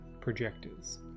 projectors